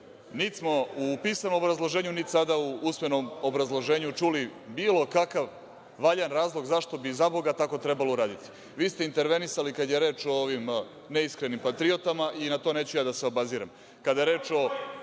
Niti smo u pisanom obrazloženju, niti sada u usmenom obrazloženju čuli bilo kakav valjan razlog zašto bi, zaboga, tako trebalo uraditi. Vi ste intervenisali kada je reč o ovim neiskrenim patriotama, i na to neću ja da se obazirem. Kada